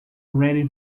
ready